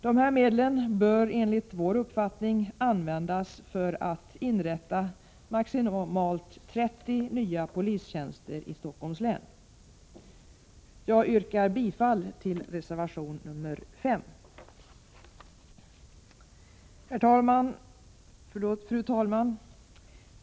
Dessa medel bör enligt vår uppfattning användas för att inrätta maximalt 30 nya polistjänster i Stockholms län. Jag yrkar bifall till reservation 5. Fru talman!